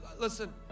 listen